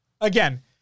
again